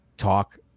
talk